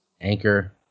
Anchor